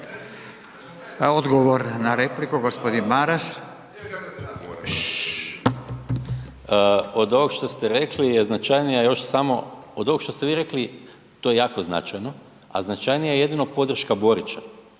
Odgovor na repliku, gospodin Maras. **Maras, Gordan (SDP)** Od ovog što ste rekli je značajnija još samo, od ovog što ste vi rekli to je jako značajno, a značajnija je jedino podrška Borića,